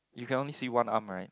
you can only see one arm right